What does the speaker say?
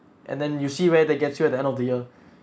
and then you see where they gets you at the end of the year